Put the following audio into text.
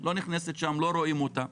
לא רואים אותה.